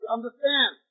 Understand